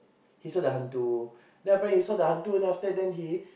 he saw the hantu then what happen after he saw the hantu then after that he